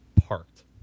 parked